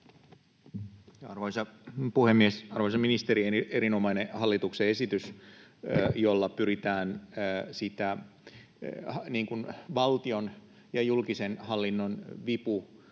Arvoisa puhemies! Arvoisa ministeri! Erinomainen hallituksen esitys, jolla pyritään sitä valtion ja julkisen hallinnon